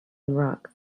rocks